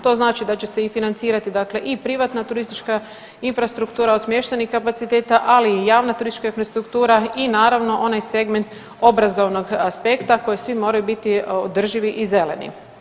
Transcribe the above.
To znači da će se i financirati dakle i privatna turistička infrastruktura od smještenih kapaciteta, ali i javna turistička infrastruktura i naravno onaj segment obrazovnog aspekta koji svi moraju biti održivi i zeleni.